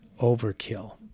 overkill